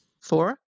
four